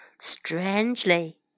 strangely